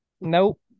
Nope